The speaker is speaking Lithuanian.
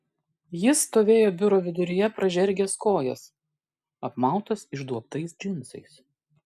jis stovėjo biuro viduryje pražergęs kojas apmautas išduobtais džinsais